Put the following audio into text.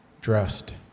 dressed